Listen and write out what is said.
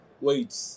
Wait